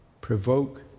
provoke